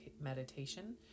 Meditation